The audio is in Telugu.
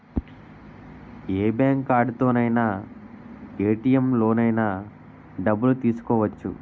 ఏ బ్యాంక్ కార్డుతోనైన ఏ ఏ.టి.ఎం లోనైన డబ్బులు తీసుకోవచ్చు